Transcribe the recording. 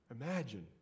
imagine